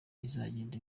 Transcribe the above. izagenda